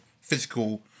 physical